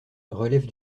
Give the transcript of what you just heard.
relève